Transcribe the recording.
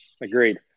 Agreed